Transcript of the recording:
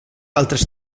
altres